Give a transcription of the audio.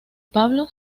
pablo